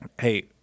Hey